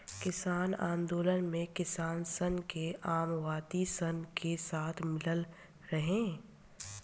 किसान आन्दोलन मे किसान सन के मओवादी सन के साथ मिलल रहे